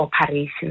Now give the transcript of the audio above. operation